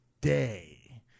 day